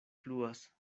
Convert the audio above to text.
fluas